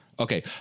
Okay